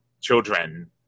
children